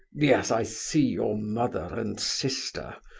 yes, i see your mother and sister,